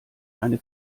eine